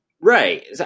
Right